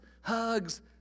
hugs